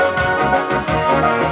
don't know